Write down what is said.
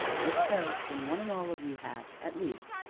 if so, then one and all of you have, at least,